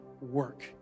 work